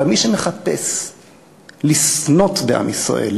אבל מי שמחפש לסנוט בעם ישראל,